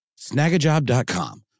Snagajob.com